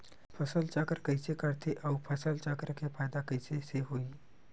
फसल चक्र कइसे करथे उ फसल चक्र के फ़ायदा कइसे से होही?